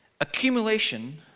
accumulation